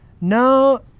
No